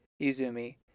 Izumi